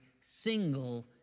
single